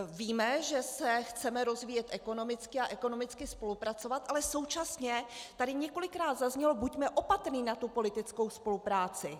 Víme, že se chceme rozvíjet ekonomicky a ekonomicky spolupracovat, ale současně tady několikrát zaznělo buďme opatrní na tu politickou spolupráci.